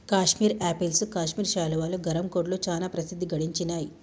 Kashmir apples Kashmir శాలువాలు, గరం కోట్లు చానా ప్రసిద్ధి గడించినాయ్